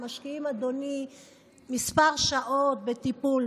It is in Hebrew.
הם משקיעים אדוני כמה שעות בטיפול.